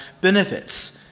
benefits